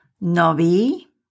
novi